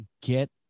get